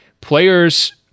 players